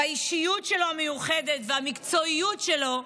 באישיות שלו, המיוחדת, ובמקצועיות שלו,